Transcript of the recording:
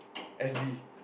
S_D